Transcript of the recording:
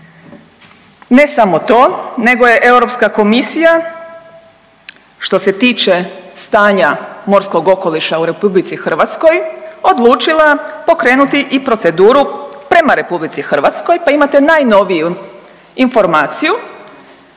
Ne samo to, nego je Europska komisija što se tiče stanja morskog okoliša u RH odlučila pokrenuti i proceduru prema RH pa imate najnoviju informaciju